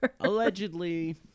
Allegedly